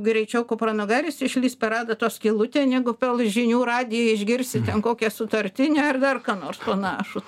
greičiau kupranugaris išlįs per adatos skylutę negu žinių radiją išgirsi ten kokią sutartinę ar dar ką nors panašų